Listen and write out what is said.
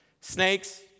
snakes